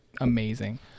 amazing